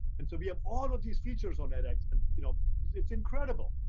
and so we have all of these features on edx and you know it's incredible.